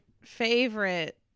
favorite